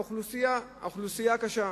האוכלוסייה, האוכלוסייה הקשה.